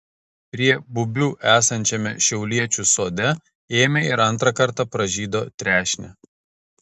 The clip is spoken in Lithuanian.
prie bubių esančiame šiauliečių sode ėmė ir antrą kartą pražydo trešnė